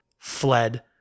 fled